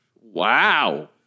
Wow